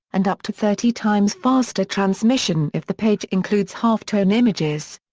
and up to thirty times faster transmission if the page includes halftone images.